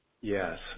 Yes